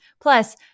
Plus